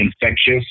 infectious